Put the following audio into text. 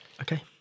Okay